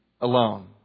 alone